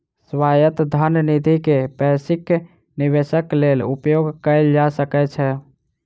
स्वायत्त धन निधि के वैश्विक निवेशक लेल उपयोग कयल जा सकै छै